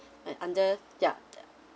and under ya